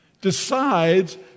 decides